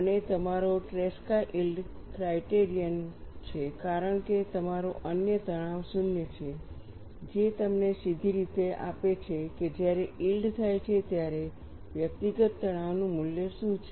અને તમારો Tresca yield criterion છે કારણ કે તમારો અન્ય તણાવ શૂન્ય છે જે તમને સીધી રીતે આપે છે કે જ્યારે યીલ્ડ થાય છે ત્યારે વ્યક્તિગત તણાવનું મૂલ્ય શું છે